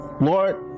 Lord